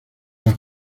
las